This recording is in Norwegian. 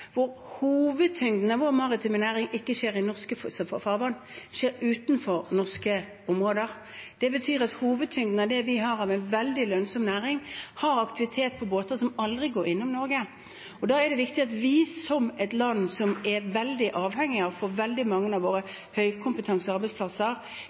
hvor hovedtyngden av vår maritime næring ikke er i norske farvann, den er utenfor norske områder. Det betyr at hovedtyngden av det vi har av en veldig lønnsom næring, har aktivitet på båter som aldri går innom Norge. Da er det viktig at vi som et land som er veldig avhengig av å få veldig mange av